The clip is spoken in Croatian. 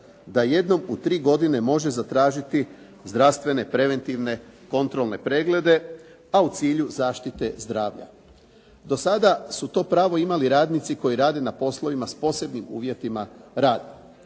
da jednom u tri godine može zatražiti zdravstvene, preventivne kontrolne preglede a u cilju zaštite zdravlja. Do sada su to pravo imali radnici koji rade na poslovima s posebnim uvjetima rada.